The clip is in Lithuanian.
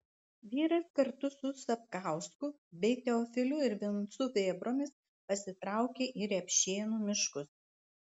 vyras kartu su sapkausku bei teofiliu ir vincu vėbromis pasitraukė į repšėnų miškus